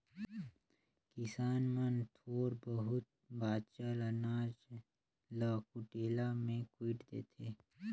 किसान मन थोर बहुत बाचल अनाज ल कुटेला मे कुइट देथे